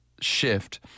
shift